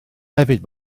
hefyd